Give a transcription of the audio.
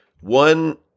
One